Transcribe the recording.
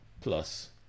plus